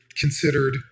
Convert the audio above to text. considered